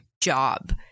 job